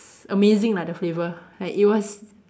amazing lah the flavour like it was